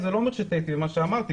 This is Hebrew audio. זה לא אומר שטעיתי במה שאמרתי.